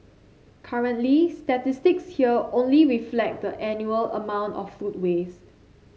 currently statistics here only reflect the annual amount of food waste